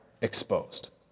exposed